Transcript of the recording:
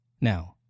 now